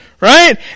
Right